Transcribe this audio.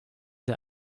der